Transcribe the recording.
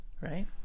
Right